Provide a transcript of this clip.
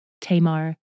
Tamar